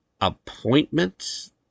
Appointments